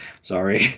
Sorry